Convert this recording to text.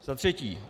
Za třetí.